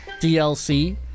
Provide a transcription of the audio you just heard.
DLC